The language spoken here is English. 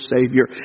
Savior